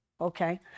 okay